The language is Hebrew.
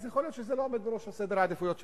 יכול להיות שזה לא עומד בראש סדר העדיפויות שלך.